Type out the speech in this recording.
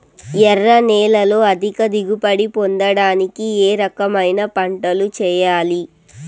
ఎర్ర నేలలో అధిక దిగుబడి పొందడానికి ఏ రకమైన పంటలు చేయాలి?